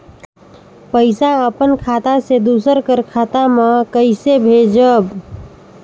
पइसा अपन खाता से दूसर कर खाता म कइसे भेजब?